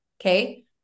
Okay